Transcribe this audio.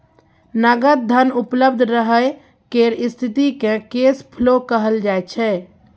नगद धन उपलब्ध रहय केर स्थिति केँ कैश फ्लो कहल जाइ छै